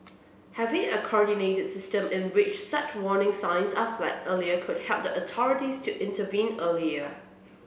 having a coordinated system in which such warning signs are flagged earlier could help the authorities to intervene earlier